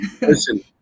Listen